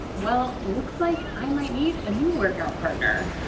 well, it looks like i might need a new workout partner.